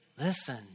Listen